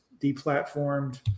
deplatformed